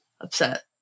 upset